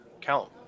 Count